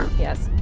yes.